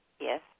Yes